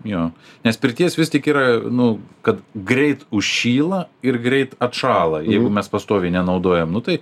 jo nes pirties vis tik yra nu kad greit užšyla ir greit atšąla jeigu mes pastoviai nenaudojam nu tai